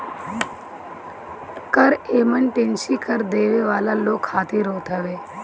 कर एमनेस्टी कर देवे वाला लोग खातिर होत हवे